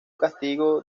castigo